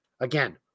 Again